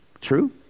true